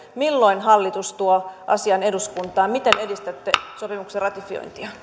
milloin hallitus tuo asian eduskuntaan miten edistätte sopimuksen ratifiointia